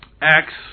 acts